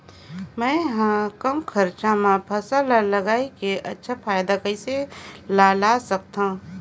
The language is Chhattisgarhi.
मैं हवे कम खरचा मा फसल ला लगई के अच्छा फायदा कइसे ला सकथव?